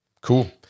Cool